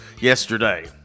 yesterday